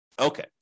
Okay